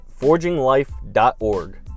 forginglife.org